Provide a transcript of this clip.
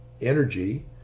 energy